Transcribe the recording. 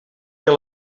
que